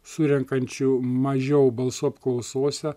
surenkančių mažiau balsų apklausose